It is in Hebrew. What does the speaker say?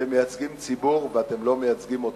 אתם מייצגים ציבור ואתם לא מייצגים אותו.